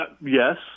Yes